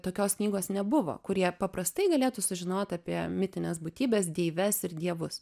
tokios knygos nebuvo kur jie paprastai galėtų sužinot apie mitines būtybes deives ir dievus